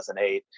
2008